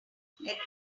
adventures